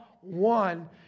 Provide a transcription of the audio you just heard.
one